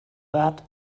that